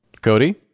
Cody